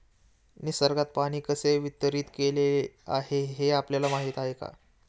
निसर्गात पाणी कसे वितरीत केलेले आहे हे आपल्याला माहिती आहे का?